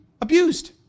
abused